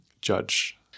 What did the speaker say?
judge